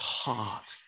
heart